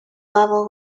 level